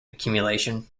accumulation